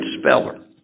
speller